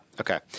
okay